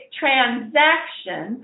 transaction